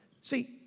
See